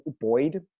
Boyd